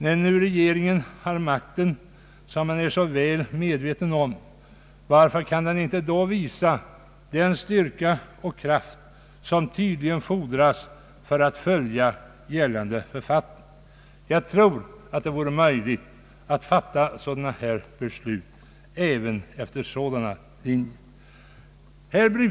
När nu regeringen har makten, som man är så väl medveten om, varför kan man inte då visa den styrka och kraft som tydligen fordras för att följa gällande författningar? Jag tror att det vore möjligt att fatta beslut av detta slag även vid en sådan ordning.